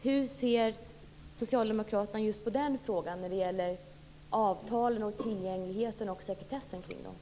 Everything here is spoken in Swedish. Hur ser socialdemokraterna på just den frågan, tillgänglighet och sekretess kring avtalen?